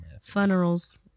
funerals